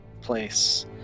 place